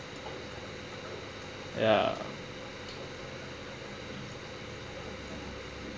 ya